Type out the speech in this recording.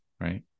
right